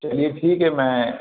چلیے ٹھیک ہے میں